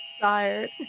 Tired